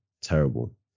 Terrible